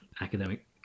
academic